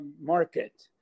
market